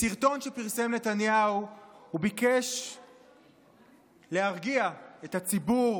בסרטון שפרסם נתניהו הוא ביקש להרגיע את הציבור